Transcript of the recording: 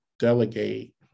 delegate